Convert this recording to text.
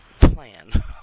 plan